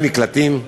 בהם במקלטים,